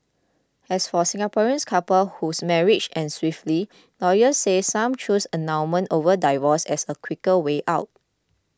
as for Singaporeans couples whose marriages end swiftly lawyers said some choose annulment over divorce as a quicker way out